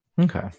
Okay